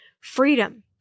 freedom